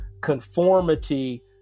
conformity